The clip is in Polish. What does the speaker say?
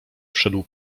wszedł